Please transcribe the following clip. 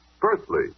Firstly